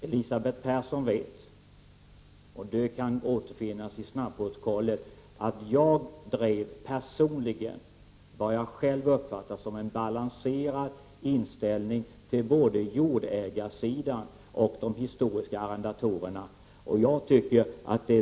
Elisabeth Persson vet att jag personligen drev vad jag själv uppfattar som en balanserad inställning till både jordägarsidan och de historiska arrendatorerna. Det kan återfinnas i snabbprotokollet.